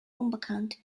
unbekannt